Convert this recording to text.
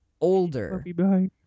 older